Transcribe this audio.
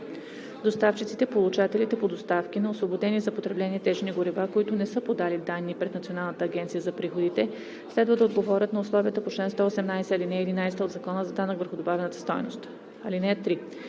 Доставчиците/получателите по доставки на освободени за потребление течни горива, които не са подали данни пред Националната агенция за приходите, следва да отговарят на условията на чл. 118, ал. 11 от Закона за данък върху добавената стойност. (3)